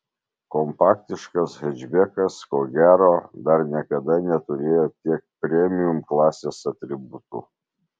kompaktiškas hečbekas ko gero dar niekada neturėjo tiek premium klasės atributų